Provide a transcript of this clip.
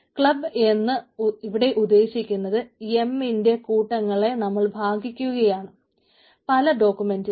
club എന്ന് ഇവിടെ ഉദ്ദേശിക്കുന്നത് എം ന്റെ കൂട്ടങ്ങളെ നമ്മൾ ഭാഗിക്കുകയാണ് പല ഡോക്യൂമെന്റിൽ